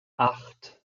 acht